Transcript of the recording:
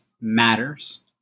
matters